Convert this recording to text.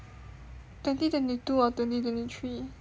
twenty twenty two or twenty twenty three